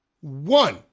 One